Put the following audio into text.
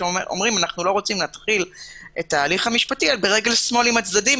שאומרים: אנחנו לא רוצים להתחיל את ההליך המשפטי ברגל שמאל עם הצדדים,